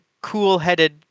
cool-headed